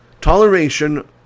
Toleration